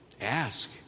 Ask